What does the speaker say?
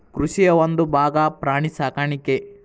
ಕೃಷಿಯ ಒಂದುಭಾಗಾ ಪ್ರಾಣಿ ಸಾಕಾಣಿಕೆ